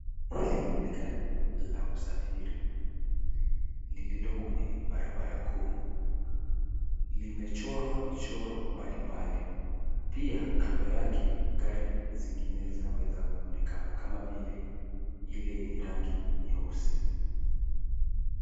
Hili ni gari la usafiri lililo kwenye barabara kuu. Limechorwa michoro mbalimbali. Pia kando yake gari zingine zinaweza kuonekana kama vile ile yenye rangi nyeusi.